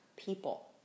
people